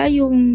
yung